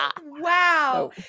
Wow